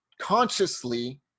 consciously